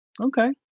okay